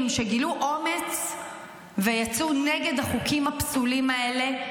שגילו אומץ ויצאו נגד החוקים הפסולים האלה.